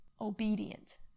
obedient